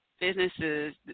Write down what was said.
businesses